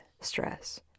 stress